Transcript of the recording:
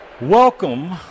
Welcome